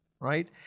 right